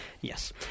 Yes